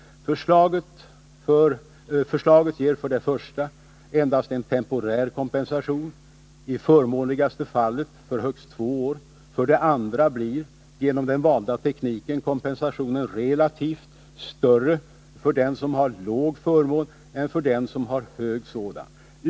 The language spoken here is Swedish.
Förslaget ger för det första endast en temporär kompensation; i förmånligaste fallet för högst två år. För det andra blir, genom den valda tekniken, kompensationen relativt större för den som har en låg förmån än för den som har en hög sådan.